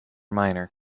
minor